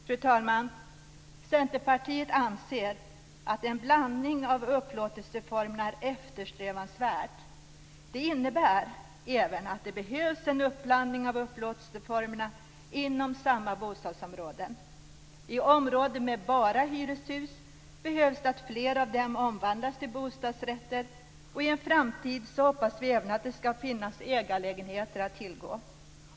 Fru talman! Centerpartiet anser att en blandning av upplåtelseformerna är eftersträvansvärd. Det innebär även att det behövs en uppblandning av upplåtelseformerna inom samma bostadsområde. I områden med bara hyreshus behövs det att fler av dem omvandlas till bostadsrätter. Och i en framtid hoppas vi även att det skall finnas ägarlägenheter att tillgå.